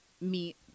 meet